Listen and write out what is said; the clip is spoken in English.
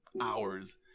hours